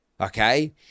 okay